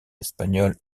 espagnol